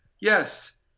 Yes